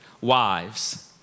Wives